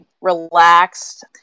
relaxed